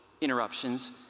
interruptions